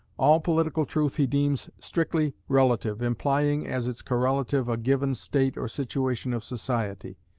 all political truth he deems strictly relative, implying as its correlative a given state or situation of society.